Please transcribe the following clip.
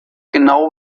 genau